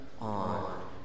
on